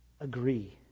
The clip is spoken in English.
agree